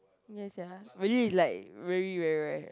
ya sia for you is like really very rare